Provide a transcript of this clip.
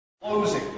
Closing